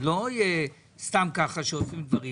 זה לא יהיה סתם ככה שעושים דברים,